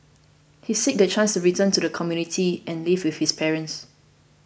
he seeks the chance to return to the community and live with his parents